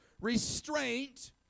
restraint